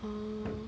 mm